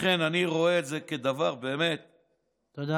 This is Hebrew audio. לכן אני רואה את זה כדבר באמת עצוב.